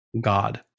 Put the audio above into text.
God